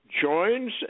joins